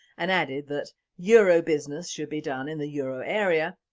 and added that euro business should be done in the euro area',